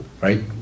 right